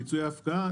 פיצויי הפקעה,